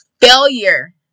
failure